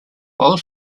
while